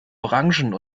orangen